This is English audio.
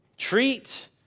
Treat